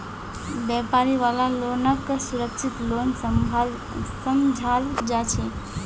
व्यापारी वाला लोनक सुरक्षित लोन समझाल जा छे